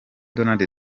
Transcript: donald